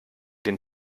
den